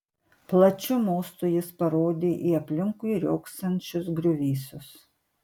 plačiu mostu jis parodė į aplinkui riogsančius griuvėsius